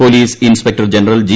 police inspector general G